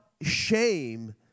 Shame